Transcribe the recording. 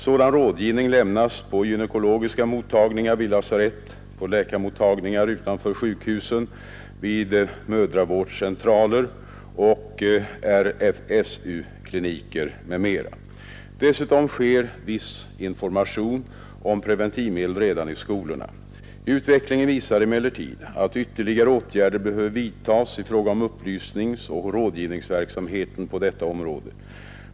Sådan rådgivning lämnas på gynekologiska mottagningar vid lasarett, på läkarmottagningar utanför sjukhusen, vid mödravårdscentraler och RFSU-kliniker m.m. Dessutom sker viss information om preventivmedel redan i skolorna. Utvecklingen visar emellertid att ytterligare åtgärder behöver vidtas i fråga om upplysningsoch rådgivningsverksamheten på detta område.